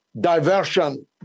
diversion